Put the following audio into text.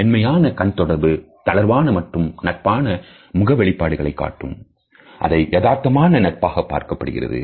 மென்மையான கண் தொடர்பு தளர்வான மற்றும் நட்பான முக வெளிப்பாடுகளை காட்டும் அதை எதார்த்தமான நட்பாக பார்க்கப்படுகிறது